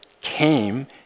came